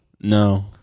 No